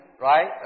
right